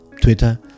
Twitter